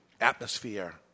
atmosphere